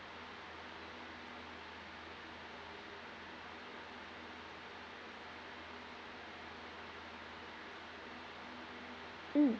mm